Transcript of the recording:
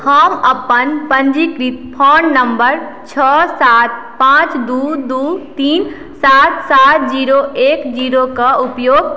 हम अपन पञ्जीकृत फोन नम्बर छओ सात पाँच दू दू तीन सात सात जीरो एक जीरोक उपयोग